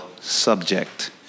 subject